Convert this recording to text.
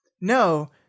no